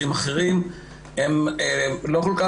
שאני מכיר אותה מהקשרים אחרים,